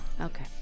Okay